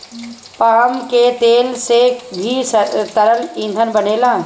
palm के तेल से भी तरल ईंधन बनेला